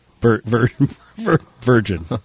Virgin